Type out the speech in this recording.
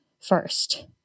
first